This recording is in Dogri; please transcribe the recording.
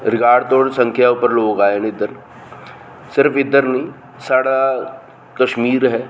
रिकार्ड तोड़ संख्या उप्पर लोग आए ना इद्धर सिर्फ इद्धर नेईं साढ़ा कश्मीर ऐ